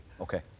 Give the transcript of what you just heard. okay